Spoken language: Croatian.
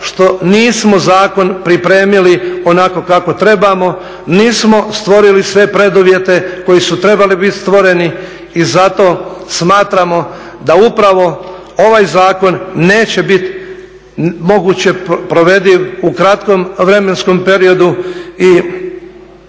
što nismo zakon pripremili onako kako trebamo, nismo stvorili sve preduvjete koji su trebali biti stvoreni. I zato smatramo da upravo ovaj zakon neće biti moguće provediv u kratkom vremenskom periodu i